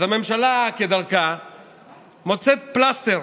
אז הממשלה כדרכה מוצאת פלסטר,